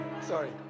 sorry